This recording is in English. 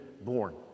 born